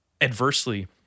adversely